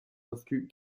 reflux